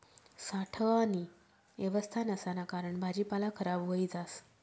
साठावानी येवस्था नसाना कारण भाजीपाला खराब व्हयी जास